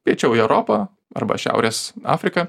piečiau į europą arba šiaurės afriką